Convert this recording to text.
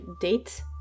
date